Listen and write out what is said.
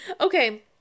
okay